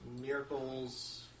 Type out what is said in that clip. miracles